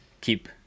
keep